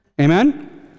Amen